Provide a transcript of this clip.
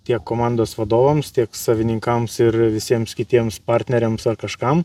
tiek komandos vadovams tiek savininkams ir ir visiems kitiems partneriams ar kažkam